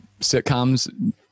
sitcoms